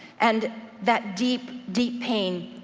and that deep, deep pain,